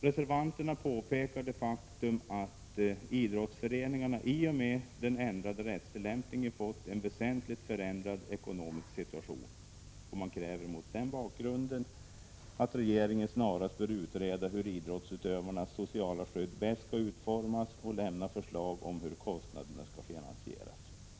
Reservanterna påpekar det faktum att idrottsföreningarna i och med den ändrade rättstillämpningen fått en väsentligt förändrad ekonomisk situation. Man kräver mot denna bakgrund att regeringen snarast bör utreda hur idrottsutövarnas sociala skydd bäst skall utformas och lämna förslag om hur — Prot. 1986/87:46 kostnaderna skall finansieras.